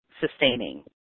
sustaining